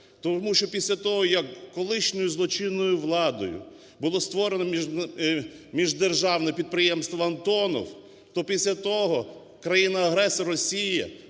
Тому що після того, як колишньою злочинною владою було створено міждержавне підприємство "Антонова", то після того країна-агресор Росія